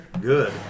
Good